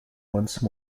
once